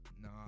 Nah